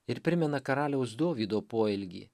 ir primena karaliaus dovydo poelgį